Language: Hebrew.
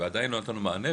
ועדיין לא נתנו מענה.